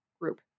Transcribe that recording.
group